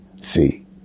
See